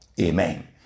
Amen